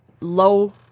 low